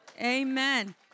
Amen